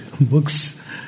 books